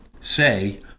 say